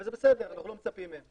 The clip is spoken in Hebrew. וזה בסדר, אנחנו לא מצפים מהם.